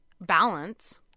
balance